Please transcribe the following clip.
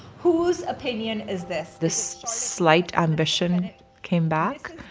whose opinion is this? this slight ambition came back,